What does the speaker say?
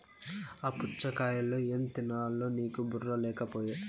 ఆ పుచ్ఛగాయలో ఏం తినాలో నీకు బుర్ర లేకపోయె